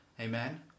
Amen